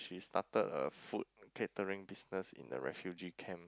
she started a food catering business in a refugee camp